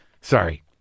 Sorry